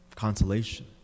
consolation